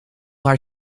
haar